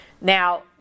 Now